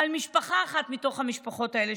על משפחה אחת מתוך המשפחות האלה,